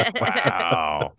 Wow